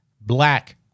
black